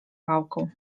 pałką